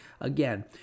again